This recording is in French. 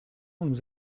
nous